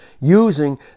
using